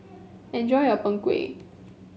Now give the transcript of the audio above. enjoy your Png Kueh